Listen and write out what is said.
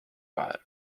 vahel